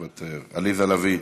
מוותר, עליזה לביא,